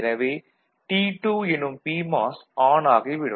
எனவே T2 எனும் பிமாஸ் ஆன் ஆகிவிடும்